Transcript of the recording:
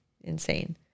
insane